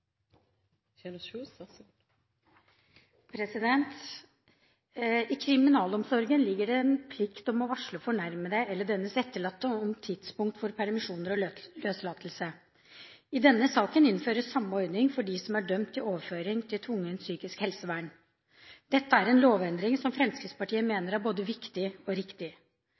I kriminalomsorgen ligger det en plikt om å varsle fornærmede eller dennes etterlatte om tidspunkt for permisjoner og løslatelse. I denne saken innføres samme ordning for dem som er dømt til overføring til tvungent psykisk helsevern. Dette er en lovendring som Fremskrittspartiet mener er både viktig og riktig.